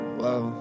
whoa